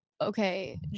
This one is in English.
okay